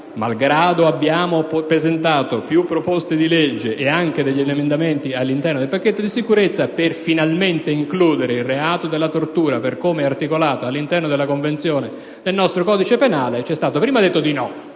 malgrado abbiamo presentato più proposte di legge e anche emendamenti all'interno del pacchetto sicurezza, per includere finalmente il reato della tortura, per come è articolato all'interno della Convenzione, nel nostro codice penale, c'è stato prima detto di no